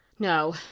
No